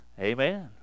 Amen